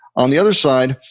on the other side,